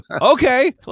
okay